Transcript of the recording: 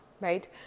right